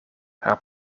haar